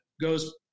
goes